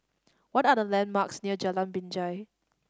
what are the landmarks near Jalan Binjai